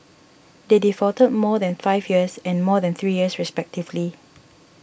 they defaulted for more than five years and more than three years respectively